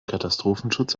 katastrophenschutz